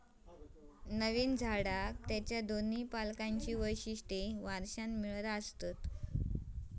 नवीन झाडाला त्याच्या दोन्ही पालकांची वैशिष्ट्ये वारशाने मिळतात